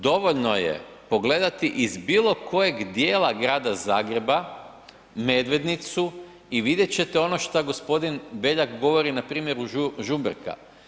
Dovoljno je pogledati iz bilokojeg djela grada Zagreba, Medvednicu i vidjet ćete ono šta g. Beljak govori na primjeru Žumberka.